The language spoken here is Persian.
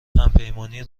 همپیمانی